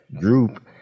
group